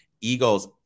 Eagles